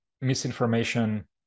misinformation